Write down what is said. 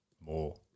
more